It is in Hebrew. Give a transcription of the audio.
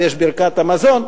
ויש את ברכת המזון.